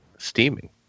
Steaming